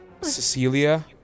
Cecilia